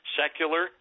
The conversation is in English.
secular